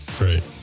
Right